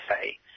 say